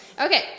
Okay